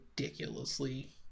ridiculously